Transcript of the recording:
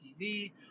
TV